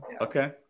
Okay